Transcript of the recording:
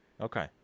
Okay